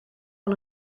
van